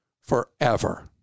forever